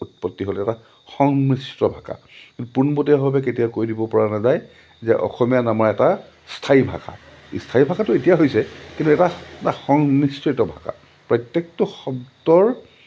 উৎপত্তি হ'ল এটা সংমিশ্ৰত ভাষা পোণপটীয়াভাৱে কেতিয়া কৈ দিব পৰা নাযায় যে অসমীয়া নামাৰ এটা স্থায়ী ভাষা স্থায়ী ভাষাটো এতিয়া হৈছে কিন্তু এটা এটা সংমিশ্ৰিত এটা ভাষা প্ৰত্যেকটো শব্দৰ